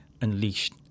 unleashed